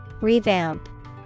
Revamp